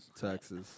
Texas